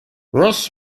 ross